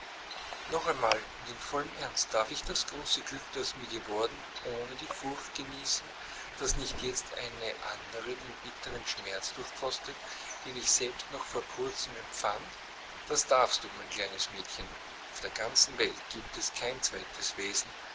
noch einmal und in vollem ernst darf ich das große glück das mir geworden ohne die furcht genießen daß nicht jetzt andere den bittern schmerz durchkostet den ich selbst noch vor kurzem empfand das darfst du mein kleines mädchen auf der ganzen welt giebt es kein zweites wesen